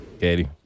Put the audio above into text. Katie